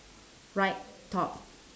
right top